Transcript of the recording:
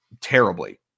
terribly